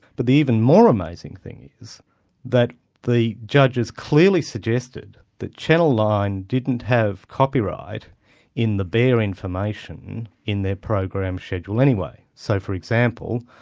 but the even more amazing thing is that the judges clearly suggested that channel nine didn't have copyright in the bare information in their program schedule anyway. so for example,